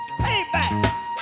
Payback